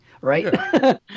Right